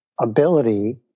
ability